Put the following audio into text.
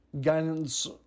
guidance